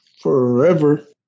forever